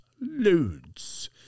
Loads